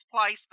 place